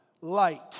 light